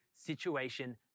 situation